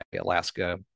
Alaska